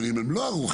אבל אם הם לא ערוכים,